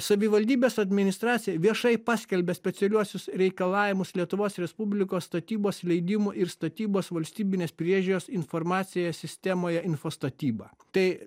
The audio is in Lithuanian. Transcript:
savivaldybės administracija viešai paskelbia specialiuosius reikalavimus lietuvos respublikos statybos leidimų ir statybos valstybinės priežiūros informaciją sistemoje info statyba tai